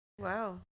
wow